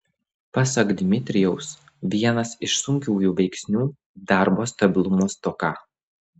pasak dmitrijaus vienas iš sunkiųjų veiksnių darbo stabilumo stoka